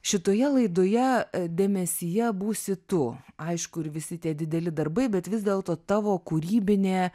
šitoje laidoje dėmesyje būsi tu aišku ir visi tie dideli darbai bet vis dėlto tavo kūrybinė